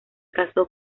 casó